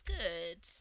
good